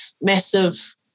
massive